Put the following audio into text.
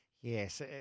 Yes